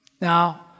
Now